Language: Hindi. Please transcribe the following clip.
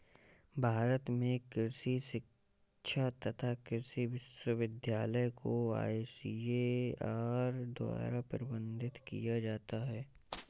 भारत में कृषि शिक्षा तथा कृषि विश्वविद्यालय को आईसीएआर द्वारा प्रबंधित किया जाता है